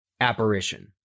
apparition